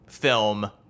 film